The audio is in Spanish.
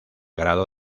grado